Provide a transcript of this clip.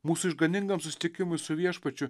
mūsų išganingam susitikimui su viešpačiu